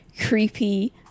creepy